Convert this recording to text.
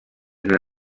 ijuru